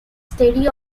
study